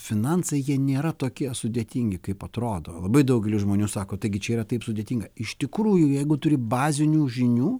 finansai jie nėra tokie sudėtingi kaip atrodo labai daugelis žmonių sako taigi čia yra taip sudėtinga iš tikrųjų jeigu turi bazinių žinių